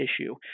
issue